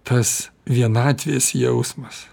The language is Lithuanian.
tas vienatvės jausmas